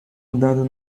andando